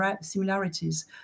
similarities